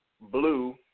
blue